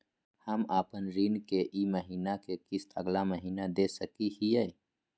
हम अपन ऋण के ई महीना के किस्त अगला महीना दे सकी हियई?